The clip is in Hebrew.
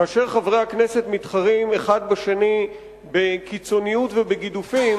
כאשר חברי הכנסת מתחרים אחד בשני בקיצוניות ובגידופים,